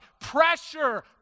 Pressure